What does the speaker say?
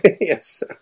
Yes